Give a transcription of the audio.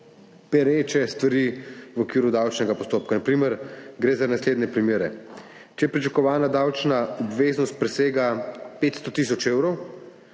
perečih stvareh v okviru davčnega postopka, na primer, gre za naslednje primere. Če pričakovana davčna obveznost presega 500 tisoč evrov,